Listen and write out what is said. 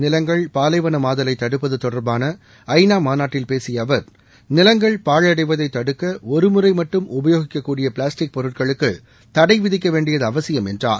நிலங்கள் பாலைவனமாதலைத் தடுப்பது தொடர்பான ஐநா மாநாட்டில் பேசிய அவர் நிலங்கள் பாழடைவதைத் தடுக்க ஒருமுறை மட்டும் உபயோகிக்கக் கூடிய பிளாஸ்டிக் பொருட்களுக்கு தடை விதிக்க வேண்டியது அவசியம் என்றார்